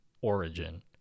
origin